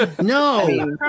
No